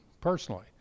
personally